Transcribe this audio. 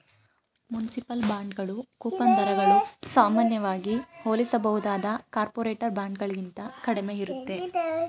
municipal ಬಾಂಡ್ಗಳು coupon ದರಗಳು ಸಾಮಾನ್ಯವಾಗಿ ಹೋಲಿಸಬಹುದಾದ ಕಾರ್ಪೊರೇಟರ್ ಬಾಂಡ್ಗಳಿಗಿಂತ ಕಡಿಮೆ ಇರುತ್ತೆ